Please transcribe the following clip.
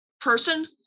person